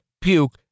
puke